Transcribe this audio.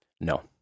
no